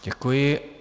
Děkuji.